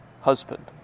husband